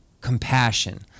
compassion